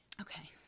Okay